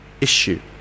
issue